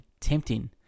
tempting